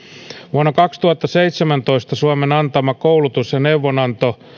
vuonna kaksituhattaseitsemäntoista suomen antama koulutus ja neuvonanto